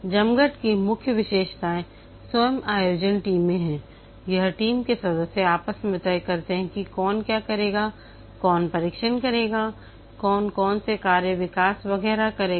जमघट की मुख्य विशेषताएं स्वयं आयोजन टीमें हैं यह टीम के सदस्य आपस में तय करते हैं कि कौन क्या करेगा कौन परीक्षण करेगा कौन कौन से कार्य विकास वगैरह करेंगे